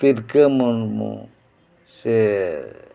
ᱛᱤᱞᱠᱟᱹ ᱢᱩᱨᱢᱩ ᱥᱮ